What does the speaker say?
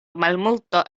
malmulto